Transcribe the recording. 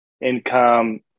income